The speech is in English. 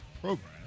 program